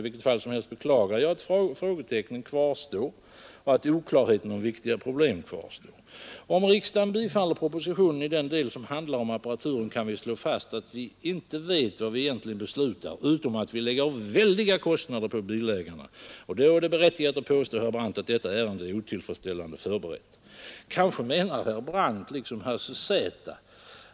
I vilket fall som helst beklagar jag att frågetecknen och därmed oklarheten om viktiga problem kvarstår. Om riksdagen bifaller propositionen i den del som handlar om apparaturen, kan vi slå fast att vi inte vet vad vi egentligen beslutar utom att vi lägger väldiga kostnader på bilägarna. Och då är det berättigat att påstå, herr Brandt, att detta ärende är otillfredsställande förberett. Kanske menar herr Brandt liksom Hasse Z